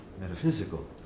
metaphysical